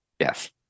Yes